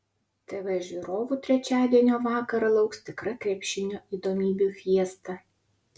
tv žiūrovų trečiadienio vakarą lauks tikra krepšinio įdomybių fiesta